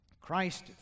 Christ